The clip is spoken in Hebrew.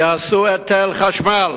יעשו היטל חשמל,